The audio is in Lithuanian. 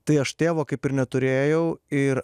tai aš tėvo kaip ir neturėjau ir